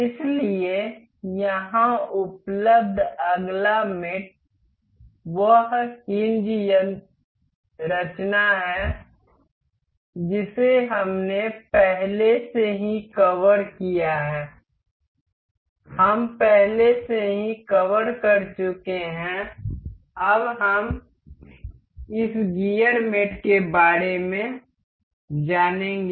इसलिए यहां उपलब्ध अगला मेट वह हिन्ज यंत्ररचना है जिसे हमने पहले से ही कवर किया है हम पहले से ही कवर कर चुके हैं अब हम इस गियर मेट के बारे में जानेगे